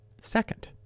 second